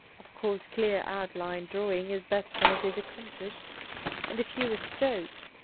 of course, clear outline drawing is best when it is accomplished in the fewest strokes,